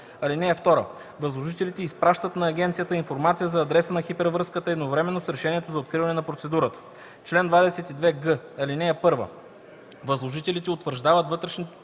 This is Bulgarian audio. (2) Възложителите изпращат на агенцията информация за адреса на хипервръзката едновременно с решението за откриване на процедурата. Чл. 22г. (1) Възложителите утвърждават вътрешни